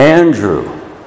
Andrew